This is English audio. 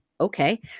Okay